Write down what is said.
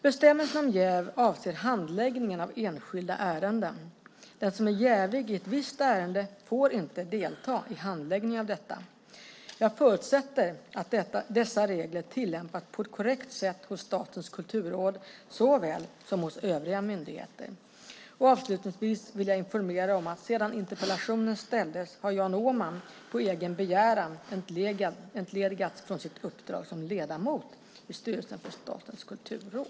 Bestämmelserna om jäv avser handläggningen av enskilda ärenden. Den som är jävig i ett visst ärende får inte delta i handläggningen av detta. Jag förutsätter att dessa regler tillämpas på ett korrekt sätt hos Statens kulturråd såväl som hos övriga myndigheter. Avslutningsvis vill jag informera om att sedan interpellationen ställdes har Jan Åman på egen begäran entledigats från sitt uppdrag som ledamot i styrelsen för Statens kulturråd.